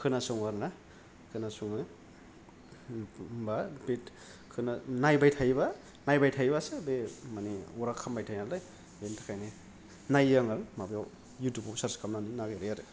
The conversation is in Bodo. खोनासङो आरो ना खोनासङो बा नायबाय थायोबा नायबाय थायोबासो बे माने अरा खामबाय थायो नालाय बेनि थाखायनो नायो आङो माबायाव इउथुबाव सार्स खालामनानै नागेरो आरो